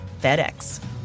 FedEx